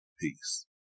Peace